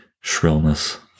shrillness